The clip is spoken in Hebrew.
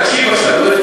תקשיב עכשיו,